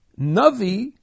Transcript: Navi